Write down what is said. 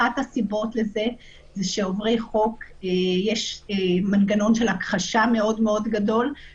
אחת הסיבות לזה שיש מנגנון של הכחשה מאוד מאוד גדול של עוברי חוק,